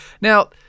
Now